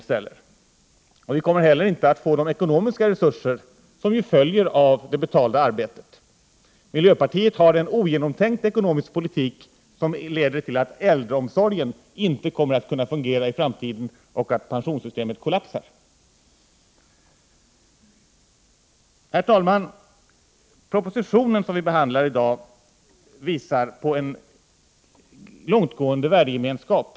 Vi kommer inte heller att få tillgång till de ekonomiska resurser som följer av det betalda arbetet. Miljöpartiet bedriver en ogenomtänkt ekonomisk politik. Detta kommer att leda till att äldreomsorgen inte kommer att fungera i framtiden och att pensionssystemet kommer att kollapsa. Herr talman! Den proposition vi behandlar i dag visar på en långtgående värdegemenskap.